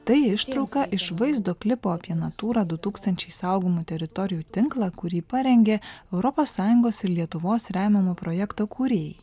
tai ištrauka iš vaizdo klipo apie natūra du tūkstančiai saugomų teritorijų tinklą kurį parengė europos sąjungos ir lietuvos remiamo projekto kūrėjai